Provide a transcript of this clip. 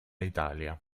italia